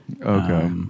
Okay